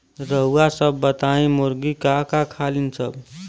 रउआ सभ बताई मुर्गी का का खालीन सब?